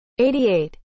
88